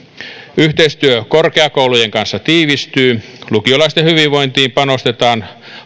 yhteistyö korkeakoulujen kanssa tiivistyy lukiolaisten hyvinvointiin panostetaan